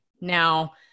Now